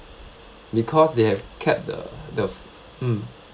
because they have capped the the f~ mm